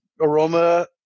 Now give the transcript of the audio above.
Aroma